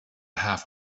half